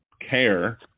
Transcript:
care